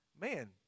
man